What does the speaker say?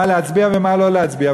מה להצביע ומה לא להצביע.